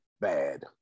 bad